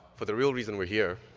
for the real reason we're here.